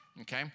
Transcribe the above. Okay